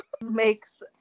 Makes